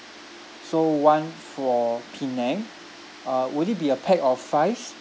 so one for penang uh would it be a pack of five